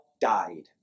died